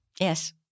Yes